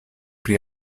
pri